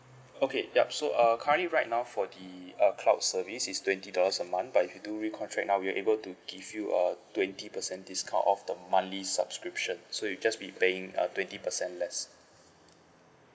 okay yup so uh currently right now for the uh cloud service is twenty dollars a month but if you do recontract now we're able to give you a twenty percent discount off the monthly subscription so you'll just be paying a twenty percent less